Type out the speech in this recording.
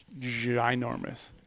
ginormous